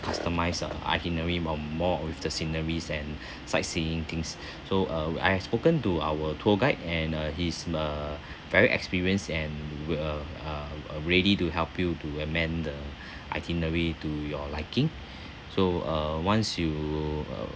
customise a itinerary um more of with the sceneries and sightseeing things so uh I have spoken to our tour guide and uh he's uh very experienced and will uh uh ready to help you to amend the itinerary to your liking so uh once you uh